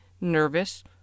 nervous